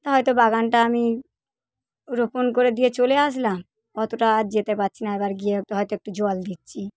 তা হয়তো বাগানটা আমি রোপণ করে দিয়ে চলে আসলাম অতটা আর যেতে পারছি না এবার গিয়ে তো হয়তো একটু জল দিচ্ছি